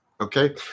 Okay